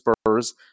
Spurs